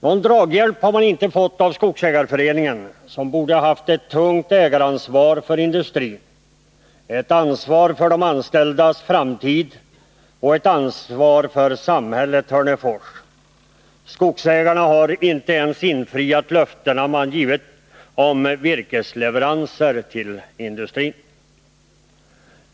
Någon draghjälp har vi inte fått av Skogsägareföreningen, som borde ha haft ett tungt ägaransvar för industrin, ett ansvar för de anställdas framtid och ett ansvar för samhället Hörnefors. Skogsägarna har inte ens infriat löften man givit om virkesleveranser till industrin.